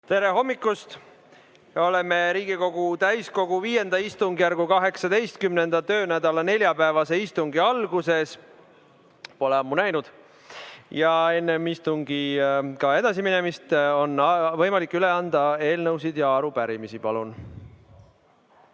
Tere hommikust! Oleme Riigikogu täiskogu V istungjärgu 18. töönädala neljapäevase istungi alguses. Pole ammu näinud. Enne istungiga edasiminemist on võimalik üle anda eelnõusid ja arupärimisi. Palun!